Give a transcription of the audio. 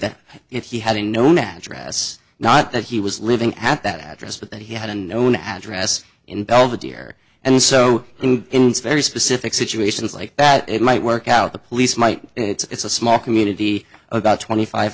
that if he had a known address not that he was living at that address but that he had a known address in belvedere and so in very specific situations like that it might work out the police might it's a small community about twenty five